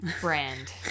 brand